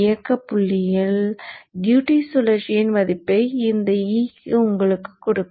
இயக்கப் புள்ளியில் டியூட்டி சுழற்சியின் மதிப்பை இந்த e உங்களுக்குக் கொடுக்கும்